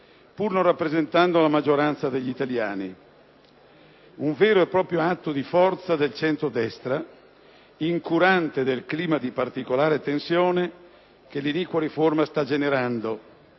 pur non rappresentando la maggioranza degli italiani, un inutile braccio di ferro: un vero e proprio atto di forza del centrodestra, incurante del clima di particolare tensione che l’iniqua riforma sta generando,